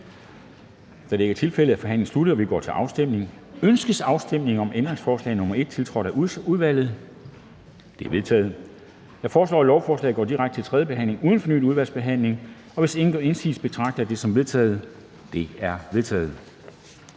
Kl. 13:08 Afstemning Formanden (Henrik Dam Kristensen): Ønskes afstemning om ændringsforslag nr. 1, tiltrådt af udvalget? Det er vedtaget. Jeg foreslår, at lovforslaget går direkte til tredje behandling uden fornyet udvalgsbehandling. Hvis ingen gør indsigelse, betragter jeg det som vedtaget. Det er vedtaget.